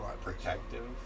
protective